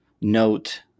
note